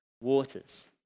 waters